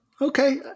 Okay